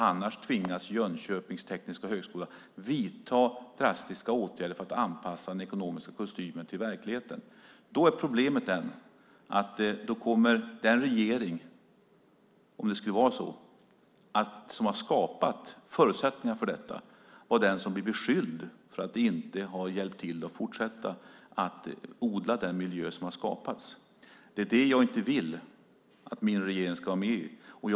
Annars tvingas Jönköpings tekniska högskola vidta drastiska åtgärder för att anpassa den ekonomiska kostymen till verkligheten. Om det skulle vara så är problemet att det kommer att vara den regering som har skapat förutsättningarna för detta som blir beskylld för att inte ha hjälpt till att fortsätta att odla den miljö som har skapats. Det är det jag inte vill att min regering ska vara med i.